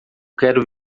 quero